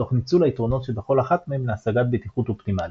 תוך ניצול היתרונות שבכל אחת מהן להשגת בטיחות אופטימלית.